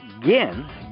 Again